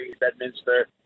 Bedminster